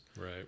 Right